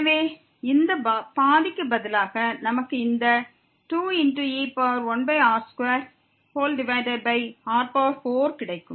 எனவே இந்த பாதிக்கு பதிலாக நமக்கு இந்த 2e 1r2r4 கிடைக்கும்